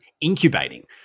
incubating